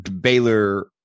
Baylor